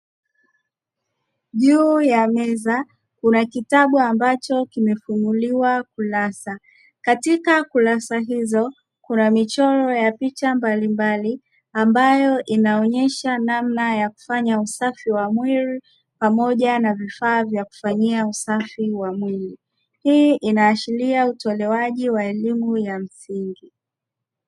Juu ya meza kuna kitabu ambacho kimefunguliwa kurasa, katika kurasa hizo kuna michoro ya picha mbalimbali ambayo inaonyesha namna ya kufanya usafi wa mwili pamoja na vifaa vya kufanyia usafi wa mwili. Hii inaashiria utolewaji wa elimu ya msingi.